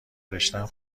رشتهام